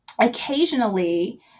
occasionally